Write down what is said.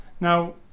Now